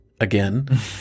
again